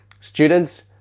students